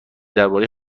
درباره